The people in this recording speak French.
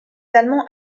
allemands